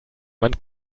man